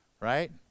Right